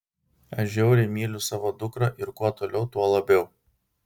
aš žiauriai myliu savo dukrą ir kuo toliau tuo labiau